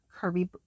curvy